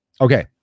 Okay